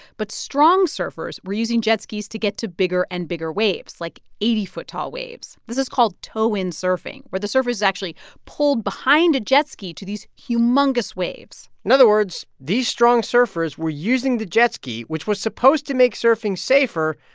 but strong surfers were using jet skis to get to bigger and bigger waves, like eighty foot tall waves. this is called tow-in surfing, where the surfer's actually pulled behind a jet ski to these humongous waves in other words, these strong surfers were using the jet ski, which was supposed to make surfing safer,